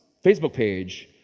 facebook page,